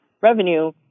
revenue